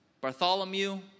Bartholomew